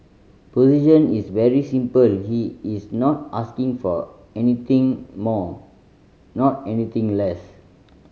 position is very simple he is not asking for anything more not anything less